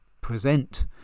present